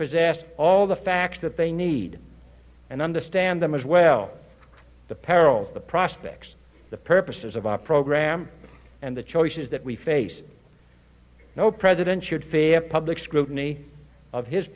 possess all the facts that they need and understand them as well the perils of the prospects the purposes of our program and the choices that we face no president should fear public scrutiny of his